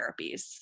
therapies